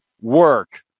work